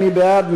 מי בעד?